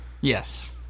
Yes